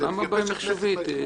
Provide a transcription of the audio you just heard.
-- למה בעיה מחשובית?